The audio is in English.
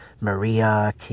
Maria